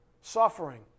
Suffering